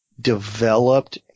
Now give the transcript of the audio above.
developed